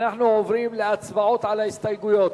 אנחנו עוברים להצבעות על ההסתייגויות.